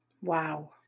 Wow